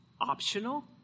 optional